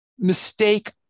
mistake